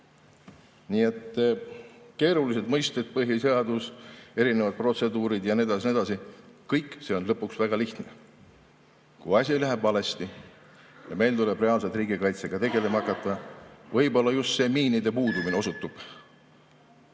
Keerulised mõisted, põhiseadus, erinevad protseduurid ja nii edasi ja nii edasi – kõik see on lõpuks väga lihtne. Kui asi läheb valesti ja meil tuleb reaalselt riigikaitsega tegelema hakata, siis võib just see miinide puudumine osutuda